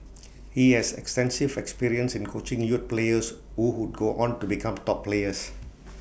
he has extensive experience in coaching youth players who would go on to become top players